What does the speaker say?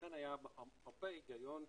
לכן היה הרבה היגיון,